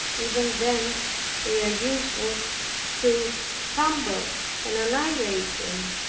even then they are useful to humble and annihilate them.